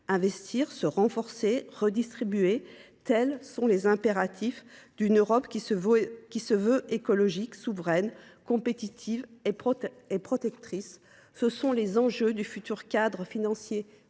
Investir, se renforcer, redistribuer : tels sont les impératifs d’une Europe qui se veut écologique, souveraine, compétitive et protectrice. Ce sont les enjeux du futur cadre financier